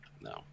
No